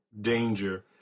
danger